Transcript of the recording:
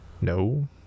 No